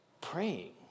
praying